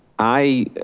i